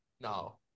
No